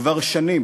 כבר שנים